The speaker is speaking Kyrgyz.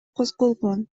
козголгон